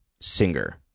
singer